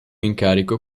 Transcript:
incarico